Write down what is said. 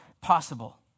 possible